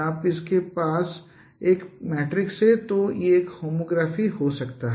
आपके पास इस तरह का एक मैट्रिक्स है तो यह एक होमोग्राफी हो सकता है